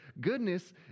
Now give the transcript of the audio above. Goodness